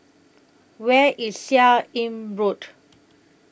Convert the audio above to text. Where IS Seah Im Road